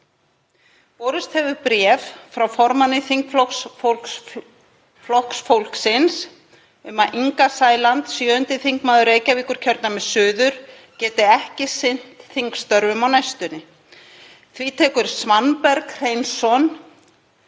Því tekur Svanberg Hreinsson